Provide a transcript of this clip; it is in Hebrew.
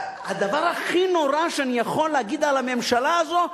הדבר הכי נורא שאני יכול להגיד על הממשלה הזאת,